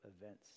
events